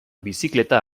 bizikleta